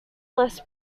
less